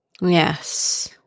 Yes